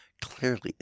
clearly